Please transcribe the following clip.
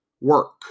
work